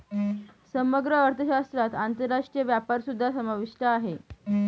समग्र अर्थशास्त्रात आंतरराष्ट्रीय व्यापारसुद्धा समाविष्ट आहे